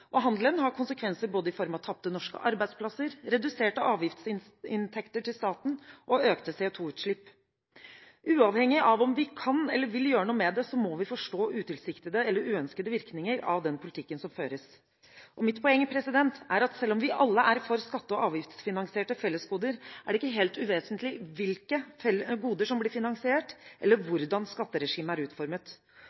og handelen har konsekvenser både i form av tapte norske arbeidsplasser, reduserte avgiftsinntekter til staten og økte CO2-utslipp. Uavhengig av om vi kan eller vil gjøre noe med det, så må vi forstå utilsiktede eller uønskede virkninger av den politikken som føres. Mitt poeng er at selv om vi alle er for skatte- og avgiftsfinansierte fellesgoder, er det ikke helt uvesentlig hvilke goder som blir finansiert, eller